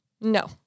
No